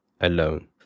alone